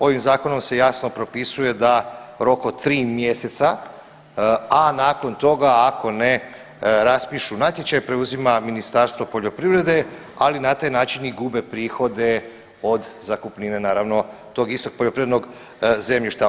Ovim zakonom se jasno propisuje da rok od tri mjeseca, a nakon toga ako ne raspišu natječaj preuzima Ministarstvo poljoprivrede, ali na taj način i gube prihode od zakupnine naravno tog istog poljoprivrednog zemljišta.